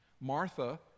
Martha